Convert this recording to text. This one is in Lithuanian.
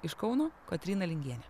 iš kauno kotryna lingienė